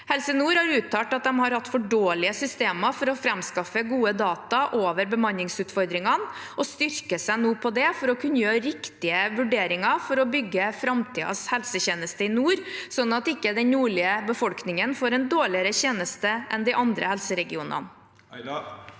Helse nord har uttalt at de har hatt for dårlige systemer for å framskaffe gode data over bemanningsutfordringene, og styrker seg nå på det for å kunne gjøre riktige vurderinger for å bygge framtidens helsetjeneste i nord, slik at ikke den nordlige befolkningen får en dårligere tjeneste enn befolkningen i de andre helseregionene.